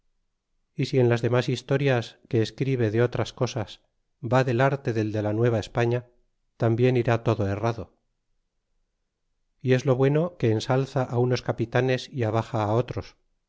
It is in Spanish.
y si en las demas historias que escribe de otras cosas va del arte del de la nueva espaiia tambien ira todo errado y es lo bueno que ensalza á unos capitanes y abaxa á otros